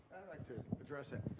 like to address and